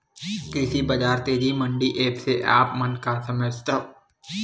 कृषि बजार तेजी मंडी एप्प से आप मन का समझथव?